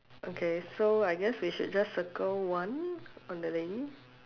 okay so I guess we should just circle one on the lady